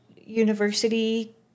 university